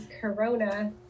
corona